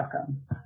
outcomes